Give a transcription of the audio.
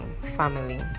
Family